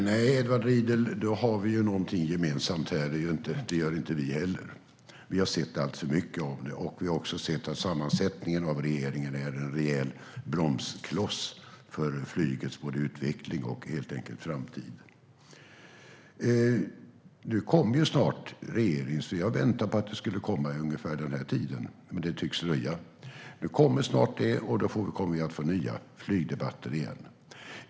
Fru talman! Då har vi någonting gemensamt här, Edward Riedl. Vi litar inte heller på dem. Vi har sett alltför mycket av detta. Vi har också sett att sammansättningen i regeringen innebär att den är en rejäl bromskloss för flygets utveckling och framtid. Snart kommer förslag från regeringen. Jag har väntat på att det skulle komma vid ungefär den här tiden, men det tycks dröja. När förslag kommer blir det nya flygdebatter igen.